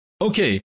Okay